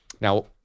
Now